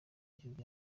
y’igihugu